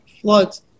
floods